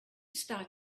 start